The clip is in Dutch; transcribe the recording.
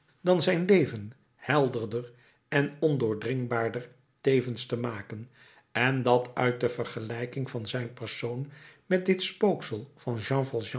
dan zijn leven helderder en ondoordringbaarder tevens te maken en dat uit de vergelijking van zijn persoon met dit spooksel van